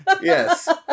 yes